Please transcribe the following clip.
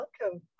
welcome